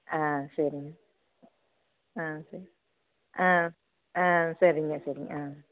ஆ சரிங்க ஆ சரி ஆ ஆ சரிங்க சரிங்க ஆ